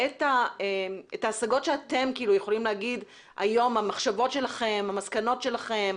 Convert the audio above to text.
את ההשגות שלכם, את המחשבות שלכם, המסקנות שלכם,